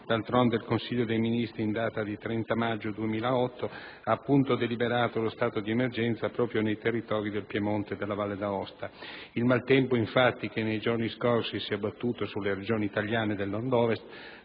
D'altronde, il Consiglio dei ministri, in data 30 maggio 2008, ha deliberato lo stato di emergenza proprio nei territori del Piemonte e della Valle d'Aosta. Il maltempo che nei giorni scorsi si è abbattuto sulle Regioni italiane del Nord-Ovest